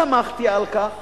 סמכתי על כך